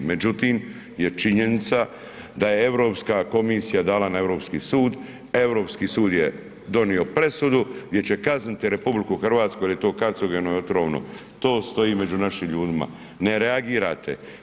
Međutim, je činjenica da je Europska komisija dala na Europski sud, Europski sud je donio presudu gdje će kazniti RH jer je to karcinogeno i otrovno, to stoji među našim ljudima, ne reagirate.